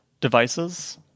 devices